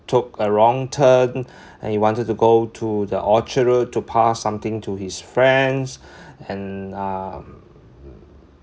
took a wrong turn and he wanted to go to the orchard road to pass something to his friends and um